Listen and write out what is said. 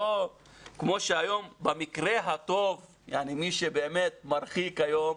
לא כמו שהיום במקרה הטוב מי שבאמת מרחיק היום,